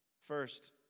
First